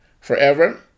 forever